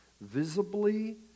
visibly